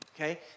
Okay